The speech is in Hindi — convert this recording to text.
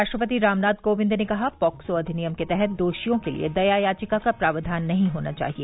राष्ट्रपति रामनाथ कोविंद ने कहा पॉक्सो अधिनियम के तहत दोषियों के लिए दया याचिका का प्रावधान नहीं होना चाहिए